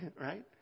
right